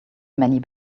many